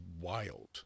wild